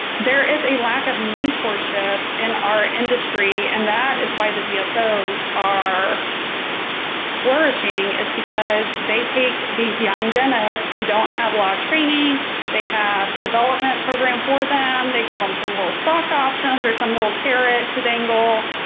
there is a lack of mentorship in our industry and that is why the dsos are flourishing is because they take these young dentists who don't have a lot of training they have development program for them they give them some little stock options or some little carrot to dangle